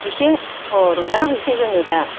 एसे औ रंजाना फैसै जोङो दा